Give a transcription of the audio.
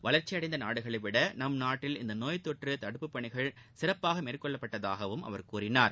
வளர்ச்சியடைந்த நாடுகளைவிட நம் நாட்டில் இந்த நோய் தொற்று தடுப்புப் பணிகள் சிறப்பாக மேற்கொள்ளப்பட்டதகாகவும் அவர் கூறினார்